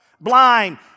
blind